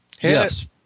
Yes